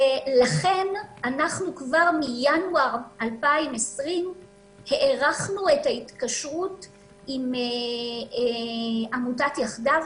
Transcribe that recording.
ולכן אנחנו כבר מינואר 2020 הארכנו את ההתקשרות עם עמותת "יחדיו",